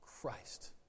Christ